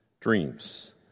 Dreams